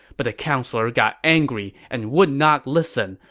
but the counselor got angry and would not listen,